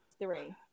three